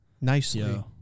Nicely